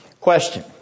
Question